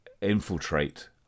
infiltrate